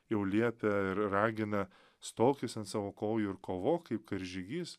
jau liepia ir ragina stokis ant savo kojų ir kovok kaip karžygys